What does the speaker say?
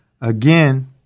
again